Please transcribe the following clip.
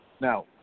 Now